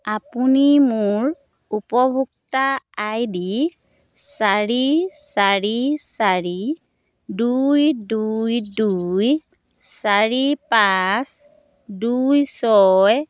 আপুনি মোৰ উপভোক্তা আই ডি চাৰি চাৰি চাৰি দুই দুই দুই চাৰি পাঁচ দুই ছয়